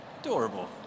Adorable